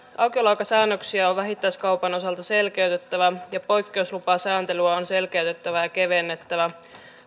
aukioloaikasäännöksiä on vähittäiskaupan osalta selkeytettävä ja poikkeuslupasääntelyä on selkeytettävä ja kevennettävä